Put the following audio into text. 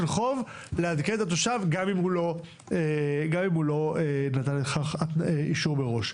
חוב לעדכן את התושב גם אם הוא לא נתן לכך אישור מראש.